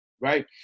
right